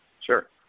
Sure